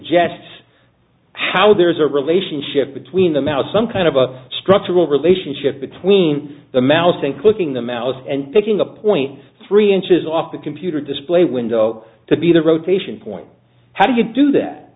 suggests how there is a relationship between them out some kind of a structural relationship between the mouse and clicking the mouse and picking a point three inches off the computer display window to be the rotation point how do you do that